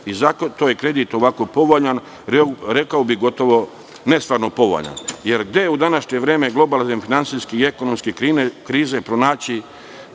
je kredit ovako povoljan, rekao bih gotovo nestvarno povoljan. Jer, gde u današnje vreme globalne finansijske i ekonomske krize pronaći